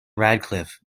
radcliffe